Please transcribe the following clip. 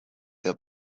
their